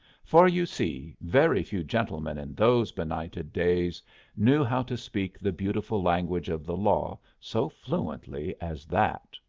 for you see, very few gentlemen in those benighted days knew how to speak the beautiful language of the law so fluently as that.